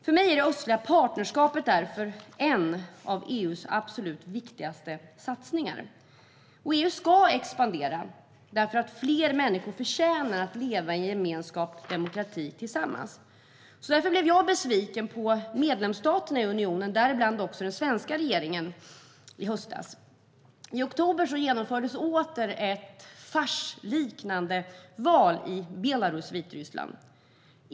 För mig är det östliga partnerskapet därför en av EU:s absolut viktigaste satsningar. EU ska expandera, för fler människor förtjänar att leva i gemenskap och demokrati tillsammans. Därför blev jag besviken på medlemsstaterna i unionen, däribland den svenska regeringen, i höstas. I oktober genomfördes åter ett farsliknande val i Belarus, alltså Vitryssland.